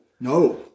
No